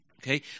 Okay